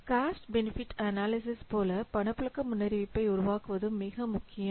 cost benefit analysis போல பணப்புழக்க முன்னறிவிப்பை உருவாக்குவதும் மிக முக்கியம்